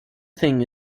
thing